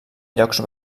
llocs